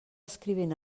escrivint